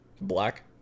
black